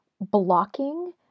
blocking